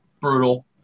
Brutal